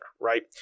right